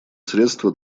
средства